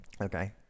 okay